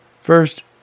First